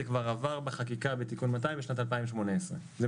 זה כבר עבר בחקיקה בתיקון 200 בשנת 2018. צריך להופיע היום,